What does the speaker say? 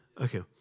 Okay